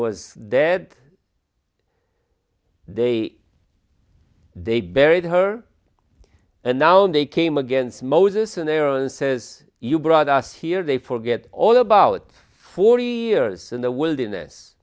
was dead they they buried her and now they came against moses and aaron says you brought us here they forget all about forty years in the wilderness